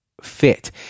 fit